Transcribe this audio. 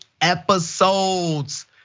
episodes